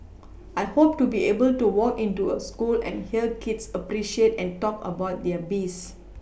I hope to be able to walk into a school and hear kids appreciate and talk about there bees